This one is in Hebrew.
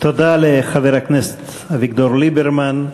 תודה לחברה הכנסת אביגדור ליברמן,